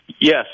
yes